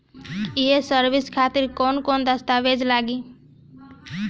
ये सर्विस खातिर कौन कौन दस्तावेज लगी?